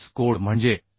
code म्हणजे I